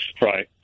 Right